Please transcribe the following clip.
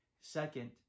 Second